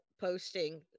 posting